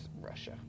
Russia